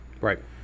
right